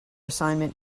assignment